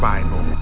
Bible